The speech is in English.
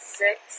six